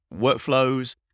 workflows